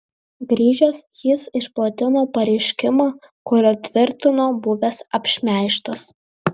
grįžęs jis išplatino pareiškimą kuriuo tvirtino buvęs apšmeižtas